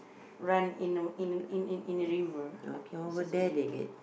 run in a in in in in river is just a river